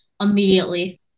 immediately